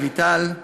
אביטל,